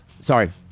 Sorry